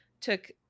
took